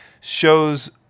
shows